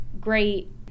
great